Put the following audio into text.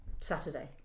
Saturday